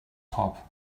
top